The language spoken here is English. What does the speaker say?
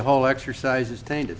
whole exercise is tainted